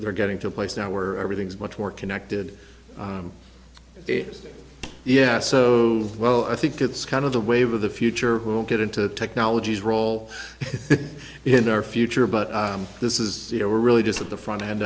they're getting to a place now where everything's much more connected yeah so well i think it's kind of the wave of the future who will get into the technologies role in our future but this is we're really just at the front end